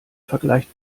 vergleicht